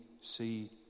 see